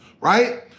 Right